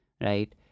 right